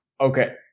Okay